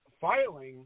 filing